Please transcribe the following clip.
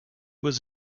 was